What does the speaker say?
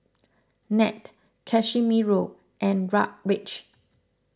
Nat Casimiro and Raleigh